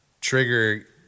Trigger